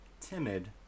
timid